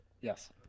Yes